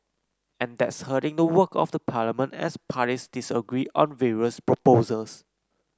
and that's hurting the work of the parliament as parties disagree on various proposals